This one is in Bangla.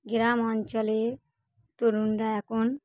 গ্রাম অঞ্চলে তরুণরা এখন